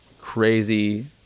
crazy